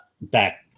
back